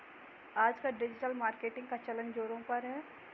आजकल digital marketing का चलन ज़ोरों पर है